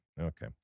Okay